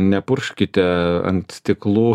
nepurkškite ant stiklų